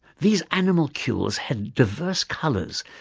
these animalcules had diverse colours,